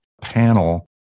panel